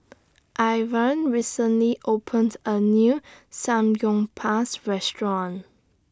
Ivah recently opened A New Samgyeopsal Restaurant